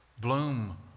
Bloom